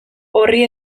horri